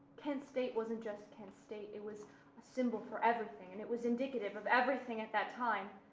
kent state wasn't just kent state, it was a symbol for everything, and it was indicative of everything at that time.